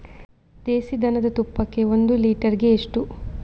ದೇಸಿ ದನದ ತುಪ್ಪಕ್ಕೆ ಒಂದು ಲೀಟರ್ಗೆ ಎಷ್ಟು?